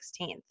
16th